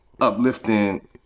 uplifting